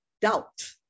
doubt